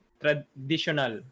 traditional